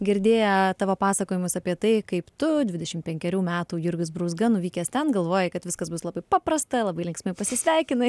girdėję tavo pasakojimus apie tai kaip tu dvidešimt penkerių metų jurgis brūzga nuvykęs ten galvoji kad viskas bus labai paprasta labai linksmai pasisveikina